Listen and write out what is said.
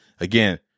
Again